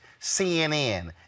CNN